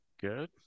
good